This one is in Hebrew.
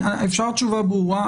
אפשר תשובה ברורה?